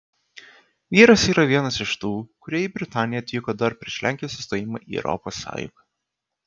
vyras yra vienas iš tų kurie į britaniją atvyko dar prieš lenkijos įstojimą į europos sąjungą